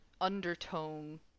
undertone